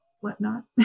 whatnot